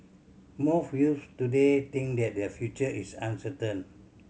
most youths today think that their future is uncertain